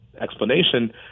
explanation